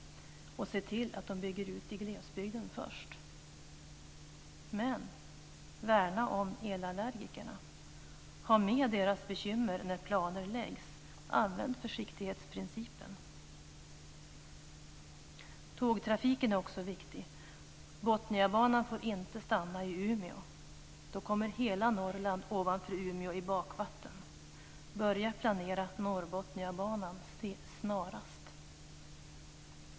Och se till att de bygger ut i glesbygden först. Men värna om elallergikerna! Ha med deras bekymmer när planer görs. Använd försiktighetsprincipen. Tågtrafiken är också viktig. Botniabanan får inte stanna i Umeå. Då kommer hela Norrland ovanför Umeå i bakvatten. Börja planera Norrbotniabanan snarast.